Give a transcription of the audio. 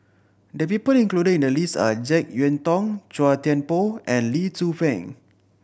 the people included in the list are Jek Yeun Thong Chua Thian Poh and Lee Tzu Pheng